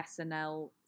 SNL